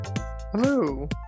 Hello